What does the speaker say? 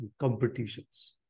competitions